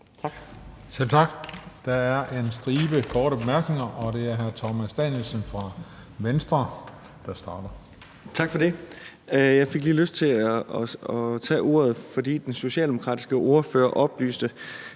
Selv tak. Der er en stribe korte bemærkninger. Det er hr. Thomas Danielsen fra Venstre, der starter. Kl. 15:20 Thomas Danielsen (V): Tak for det. Jeg fik lige lyst til at tage ordet, for den socialdemokratiske ordfører oplyste,